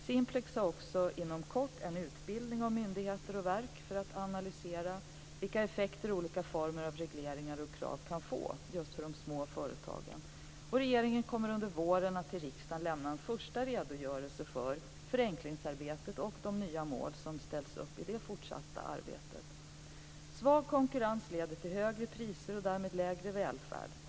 Simplex genomför också inom kort en utbildning på myndigheter och verk i att analysera vilka effekter olika former av regleringar och krav kan få för de små företagen. Regeringen kommer under våren att till riksdagen lämna en första redogörelse för förenklingsarbetet och de nya mål som ställs upp i det fortsatta arbetet. Svag konkurrens leder till högre priser och därmed lägre välfärd.